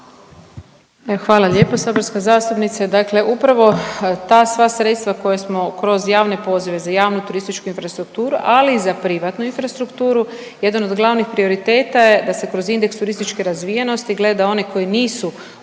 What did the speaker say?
Hvala lijepo saborska zastupnice. Dakle, upravo ta sva sredstva koja smo kroz javne pozive za javnu turističku infrastrukturu, ali i za privatnu infrastrukturu jedan od glavnih prioriteta je da se kroz indeks turističke razvijenosti gleda onaj koji nisu u indeksu